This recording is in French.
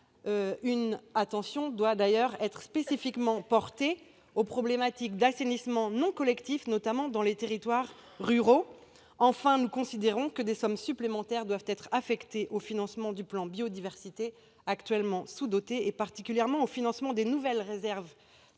Une attention doit être spécifiquement portée aux questions d'assainissement non collectif, notamment dans les territoires ruraux. Enfin, nous considérons que des sommes supplémentaires doivent être affectées au financement du plan Biodiversité, actuellement sous-doté, particulièrement des nouvelles réserves